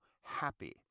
happy